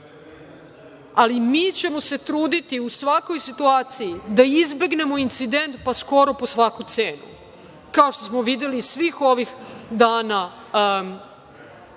ali mi ćemo se truditi u svakoj situaciji da izbegnemo incident, skoro po svaku cenu. Kao što smo videli svih ovih dana